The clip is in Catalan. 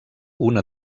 una